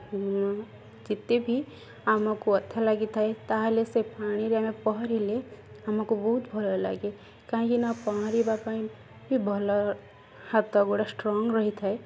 ଯେତେ ବିି ଆମକୁ ଅଥା ଲାଗିଥାଏ ତା'ହେଲେ ସେ ପାଣିରେ ଆମେ ପହଁରିଲେ ଆମକୁ ବହୁତ ଭଲ ଲାଗେ କାହିଁକିନା ପହଁରିବା ପାଇଁ ବି ଭଲ ହାତ ଗୋଡ଼ା ଷ୍ଟ୍ରଙ୍ଗ୍ ରହିଥାଏ